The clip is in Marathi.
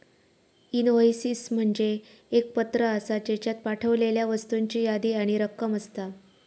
इनव्हॉयसिस म्हणजे एक पत्र आसा, ज्येच्यात पाठवलेल्या वस्तूंची यादी आणि रक्कम असता